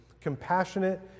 compassionate